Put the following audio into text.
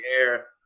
air